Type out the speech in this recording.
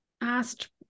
asked